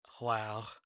Wow